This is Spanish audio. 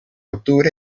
octubre